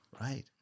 right